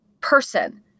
person